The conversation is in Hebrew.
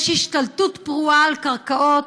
יש השתלטות פרועה על קרקעות.